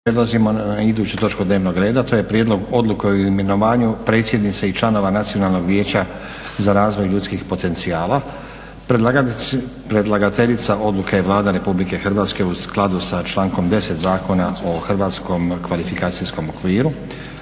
Prelazimo na iduću točku dnevnog reda, to je: - Prijedlog odluke o imenovanju predsjednice i članova Nacionalnog vijeća za razvoj ljudskih potencijala; Predlagateljica odluke je Vlada Republike Hrvatske u skladu sa člankom 10. Zakona o hrvatskom kvalifikacijskom okviru.